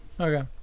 Okay